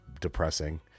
depressing